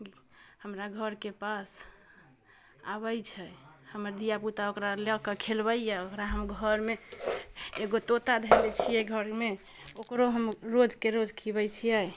हमरा घरके पास आबै छै हमर धिया पूता ओकरा लऽके खेलबैये ओकरा हम घरमे एगो तोता धयले छियै घरमे ओकरो हम रोजके रोज खीअबै छियै